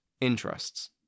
interests